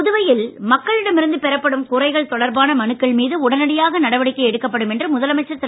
புதுவையில் மக்களிடம் இருந்து பெறப்படும் குறைகள் தொடர்பான மனுக்கள் மீது உடனடியாக நடவடிக்கை எடுக்கப்படும் என்று முதலமைச்சர் திரு